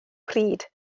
pryd